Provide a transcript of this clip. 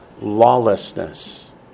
lawlessness